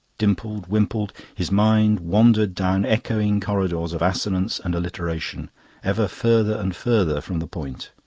dimpled, wimpled his mind wandered down echoing corridors of assonance and alliteration ever further and further from the point.